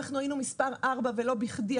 היינו מספר ארבע ולא בכדי.